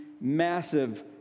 massive